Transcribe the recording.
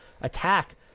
attack